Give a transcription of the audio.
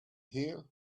hear